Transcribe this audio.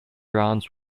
rounds